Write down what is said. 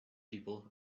people